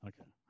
okay